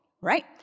right